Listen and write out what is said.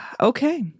Okay